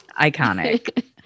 Iconic